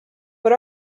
but